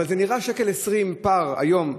אבל זה נראה פער של 1.20 היום.